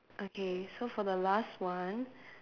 okay so for the last one